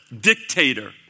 dictator